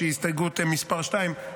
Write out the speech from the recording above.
יש לי הסתייגות מס' 2,